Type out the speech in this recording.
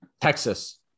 Texas